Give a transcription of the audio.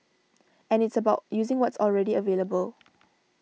and it's about using what's already available